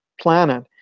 planet